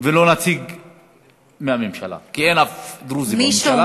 ולא נציג מהממשלה, כי אין אף דרוזי בממשלה,